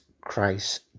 Christ